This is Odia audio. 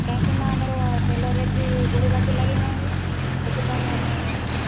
କାହିଁକିନା ଆମର ତେଲ ରେଟବି ବଢ଼ିବାକୁ ଲାଗିଲାଣି ସେଥିପାଇଁ ଆମେ